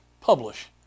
publish